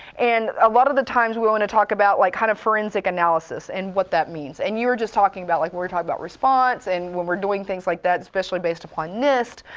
and a lot of the times we want to talk about like kind of forensic analysis and what that means. and you were just talking about, like we're talking about response, and when we're doing things like that, especially based upon nist,